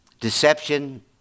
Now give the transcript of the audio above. Deception